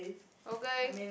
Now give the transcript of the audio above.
okay